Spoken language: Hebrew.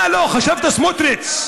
מה, לא חשבת, סמוטריץ,